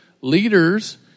leaders